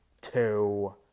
Two